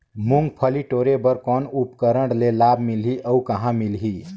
मुंगफली टोरे बर कौन उपकरण ले लाभ मिलही अउ कहाँ मिलही?